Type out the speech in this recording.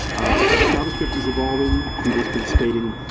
ah javascript is evolving, google is participating.